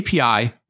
API